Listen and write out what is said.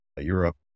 Europe